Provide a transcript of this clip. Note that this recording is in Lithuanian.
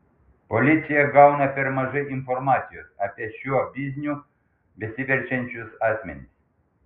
policija gauna per mažai informacijos apie šiuo bizniu besiverčiančius asmenis